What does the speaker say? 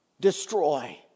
destroy